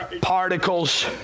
particles